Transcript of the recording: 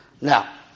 Now